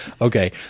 Okay